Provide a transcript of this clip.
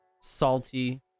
salty